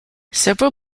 several